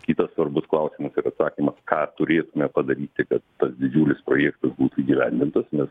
kitas svarbus klausimas ir atsakymas ką turėtume padaryti kad didžiulis projektas būtų įgyvendintas nes